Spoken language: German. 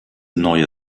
neue